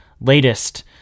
latest